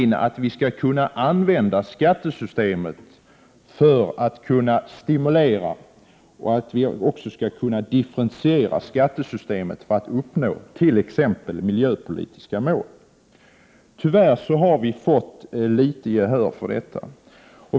Man bör nämligen kunna använda skattesystemet för att stimulera vissa åtgärder, och man bör kunna differentiera skattesystemet för att t.ex. uppnå miljöpolitiska mål. Tyvärr har vi fått alltför litet gehör för detta.